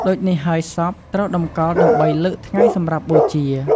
ដូចនេះហើយសពត្រូវតម្កល់ដើម្បីលើកថ្ងៃសម្រាប់បូជា។